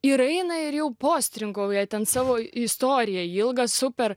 ir eina ir jau postringauja ten savo istoriją ilgą super